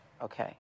okay